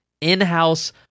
in-house